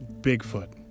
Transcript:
Bigfoot